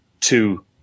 two